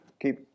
keep